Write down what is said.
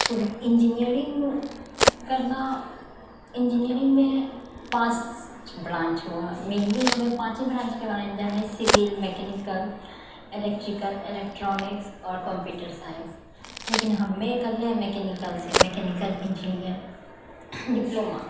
engineering करना इंजीनियरिंगमे पाँच ब्रांच हुअ है मैनली हमे पाँचे ब्रांचके बारेमे जानै सिविल मैकेनिकल इलेक्ट्रिकल इलेक्ट्रॉनिक्स आओर कम्प्यूटर साइंस लेकिन हमे करले हियै मैकेनिकलसँ मैकेनिकल इंजीनियरिंग डिप्लोमा